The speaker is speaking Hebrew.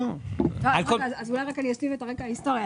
אז אולי אני רק אשים את הרקע ההיסטורי.